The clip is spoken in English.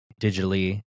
digitally